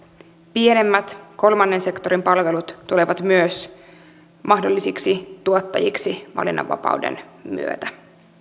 pienemmät kolmannen sektorin palvelut tulevat myös mahdollisiksi tuottajiksi valinnanvapauden myötä